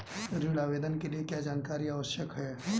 ऋण आवेदन के लिए क्या जानकारी आवश्यक है?